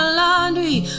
laundry